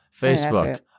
Facebook